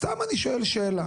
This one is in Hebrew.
סתם אני שואל שאלה.